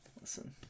Listen